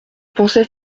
pensais